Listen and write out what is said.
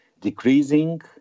Decreasing